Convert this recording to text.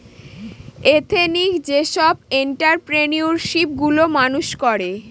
ethnic যেসব entrepreneurship গুলো মানুষ করে